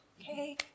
okay